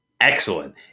excellent